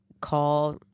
call